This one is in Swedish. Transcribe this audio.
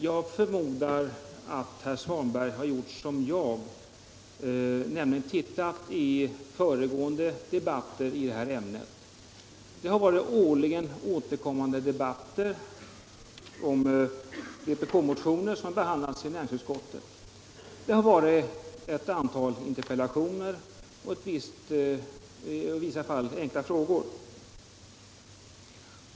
Jag förmodar att herr Svanberg har gjort som jag, nämligen tittat i protokollen från föregående debatter i det här ämnet. Det har varit årligen återkommande debatter om vpk-motioner som behandlats i näringsutskottet. Det har varit ett antal interpellationer och i vissa fall enkla frågor.